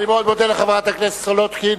אני מאוד מודה לחברת הכנסת סולודקין.